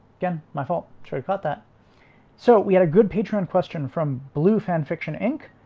again, my fault sure caught that so we had a good patreon question from blue fan fiction inc